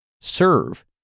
serve